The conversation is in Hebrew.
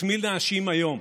את מי נאשים היום.